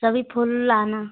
सभी फूल लाना